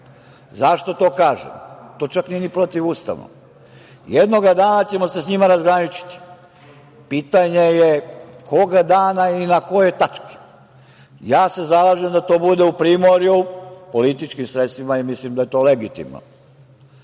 Zašto to kažem? To nije čak ni protivustavno. Jednog dana ćemo se s njima razgraničiti. Pitanje je koga dana i na kojoj tački? Ja se zalažem da to bude u primorju političkim sredstvima i mislim da je to legitimno. Mislim